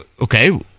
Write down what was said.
okay